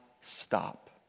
stop